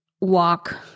walk